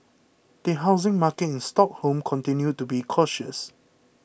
the housing market in Stockholm continued to be cautious